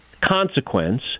consequence